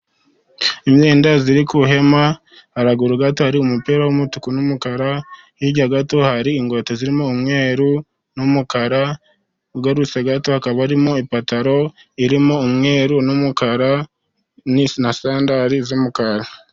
Imyenda iri ku ihema haguru gato hari umupira w'umutuku n'umukara, hirya gato hari inkweto zirimo umweru n'umukara, ugarutse gato hakaba harimo ipantaro irimo umweru n'umukara n'asandari z'umukara.